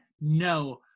No